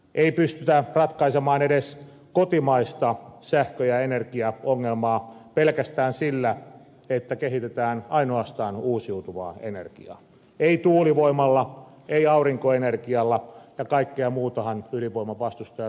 ei pystytä ratkaisemaan edes kotimaista sähkö ja energiaongelmaa pelkästään sillä että kehitetään ainoastaan uusiutuvaa energiaa ei tuulivoimalla ei aurinkoenergialla ja kaikkea muutahan ydinvoiman vastustajat vastustavatkin